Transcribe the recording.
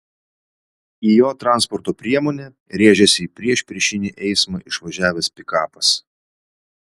į jo transporto priemonę rėžėsi į priešpriešinį eismą išvažiavęs pikapas